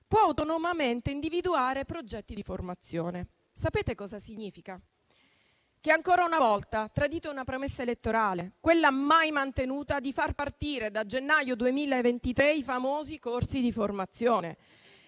può autonomamente individuare progetti di formazione. Ciò significa che, ancora una volta, tradite una promessa elettorale, quella mai mantenuta di far partire da gennaio 2023 i famosi corsi di formazione